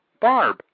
Barb